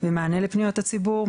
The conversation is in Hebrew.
מענה לפניות הציבור,